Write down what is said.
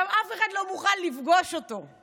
גם אף אחד לא מוכן לפגוש אותו.